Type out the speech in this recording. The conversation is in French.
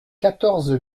quatorze